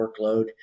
workload